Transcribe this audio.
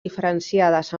diferenciades